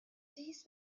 dies